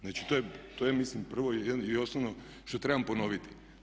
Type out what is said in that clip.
Znači to je ja mislim prvo i osnovno što trebam ponoviti.